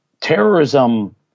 terrorism